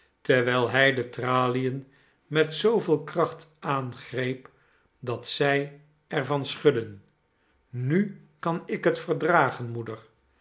terwijl hij de tralien met zooveel kracht aangreep dat zij er van schudden nu kan ik het verdragen moeder